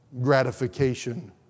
gratification